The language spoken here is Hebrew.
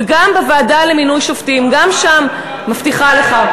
וגם בוועדה למינוי שופטים, גם שם, מבטיחה לך.